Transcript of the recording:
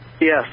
Yes